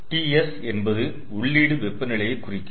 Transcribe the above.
TS என்பது உள்ளீடு வெப்ப நிலையை குறிக்கும்